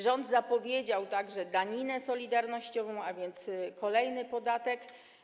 Rząd zapowiedział także daninę solidarnościową, a więc kolejny podatek.